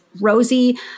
Rosie